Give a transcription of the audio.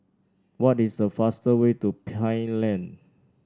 what is the fastest way to Pine Lane